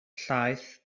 llaeth